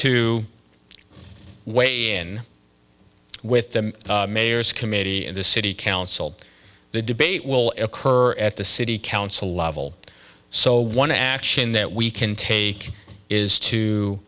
to weigh in with the mayor's committee and the city council the debate will occur at the city council level so one action that we can take is to